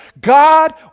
God